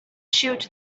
shoot